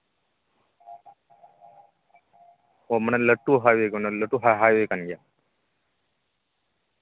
ᱚ ᱢᱟᱱᱮ ᱞᱟᱹᱴᱩ ᱦᱟᱭᱚᱭᱮ ᱠᱟᱱᱟ ᱞᱟᱹᱴᱩ ᱦᱟᱭᱚᱭᱮ ᱠᱟᱱ ᱜᱮᱭᱟ